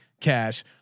cash